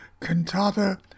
cantata